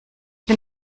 bin